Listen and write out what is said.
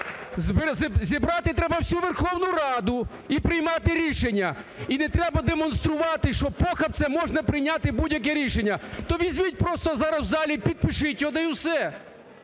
зібрати треба всю Верховну Раду і приймати рішення. І не треба демонструвати, що похапцем можна прийняти будь-яке рішення. То візьміть просто зараз в залі й підпишіть його – та